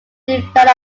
developed